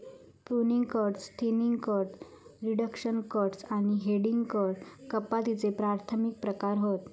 pruning cuts, thinning cuts, reduction cuts आणि heading cuts कपातीचे प्राथमिक प्रकार हत